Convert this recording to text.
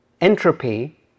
entropy